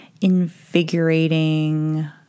invigorating